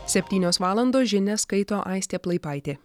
septynios valandos žinias skaito aistė plaipaitė